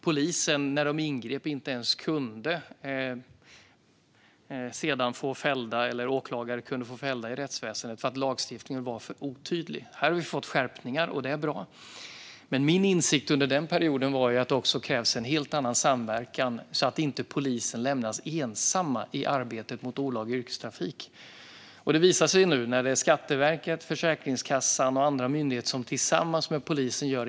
Polisen kunde ingripa, men åklagare kunde sedan inte få personer fällda i rättsväsendet eftersom lagstiftningen var för otydlig. Här har vi fått skärpningar, och det är bra. Men min insikt under den perioden var att det också krävs en helt annan samverkan, så att inte polisen lämnas ensam i arbetet mot olaga yrkestrafik. Det visar sig nu att man når resultat när Skatteverket, Försäkringskassan och andra myndigheter gör insatser tillsammans med polisen.